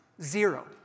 Zero